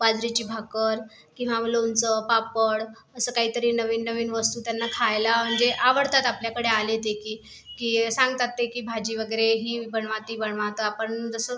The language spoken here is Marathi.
बाजरीची भाकरी किंवा मग लोणचं पापड असं काहीतरी नवीन नवीन वस्तू त्यांना खायला म्हणजे आवडतात आपल्याकडे आले ते की की सांगतात ते की भाजी वगैरे ही बनवा ती बनवा तर आपण जसं